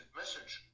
message